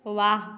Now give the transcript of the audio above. वाह